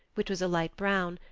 which was light brown,